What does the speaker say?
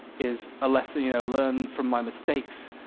is a lesson you know learn from my mistakes.